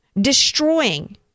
destroying